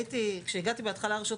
כשהגעתי בהתחלה לרשות,